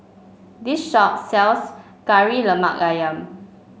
this shop sells Kari Lemak ayam